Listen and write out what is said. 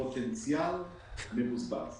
פוטנציאל מבוזבז.